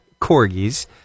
corgis